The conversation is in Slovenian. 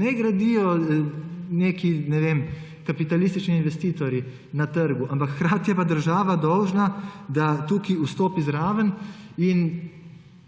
Naj gradijo neki, ne vem, kapitalistični investitorji na trgu, ampak hkrati je država dolžna, da tukaj vstopi zraven in